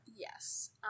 Yes